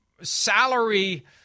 salary